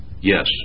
Yes